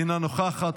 אינו נוכח,